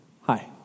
Hi